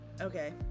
Okay